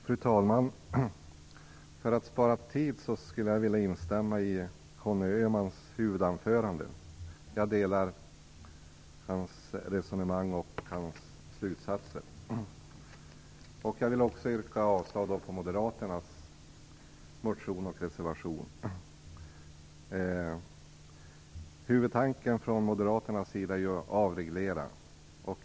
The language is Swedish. Fru talman! För att spara tid vill jag instämma i Conny Öhmans huvudanförande. Jag delar hans resonemang och hans slutsatser. Jag vill också yrka avslag på Moderaternas motion och reservation. Huvudtanken från Moderaternas sida är att avreglera.